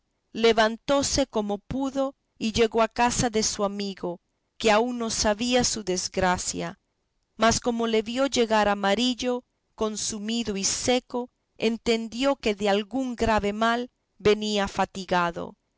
vida levantóse como pudo y llegó a casa de su amigo que aún no sabía su desgracia mas como le vio llegar amarillo consumido y seco entendió que de algún grave mal venía fatigado